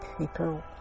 people